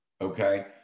okay